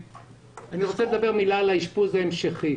אני רוצה לומר מילה על האשפוז ההמשכי.